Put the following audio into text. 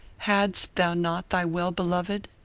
hadst thou not thy well beloved?